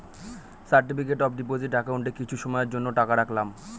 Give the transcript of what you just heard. certificate of deposit একাউন্টে কিছু সময়ের জন্য টাকা রাখলাম